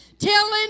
Telling